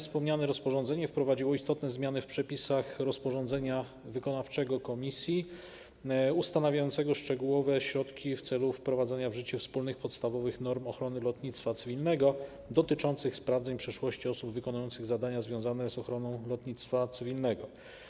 Wspomniane rozporządzenie wprowadziło istotne zmiany w przepisach rozporządzenia wykonawczego Komisji (UE) ustanawiającego szczegółowe środki w celu wprowadzenia w życie wspólnych podstawowych norm ochrony lotnictwa cywilnego, dotyczących sprawdzeń przeszłości osób wykonujących zadania związane z ochroną lotnictwa cywilnego.